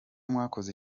mwakoze